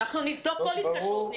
אנחנו נבדוק כל התקשרות.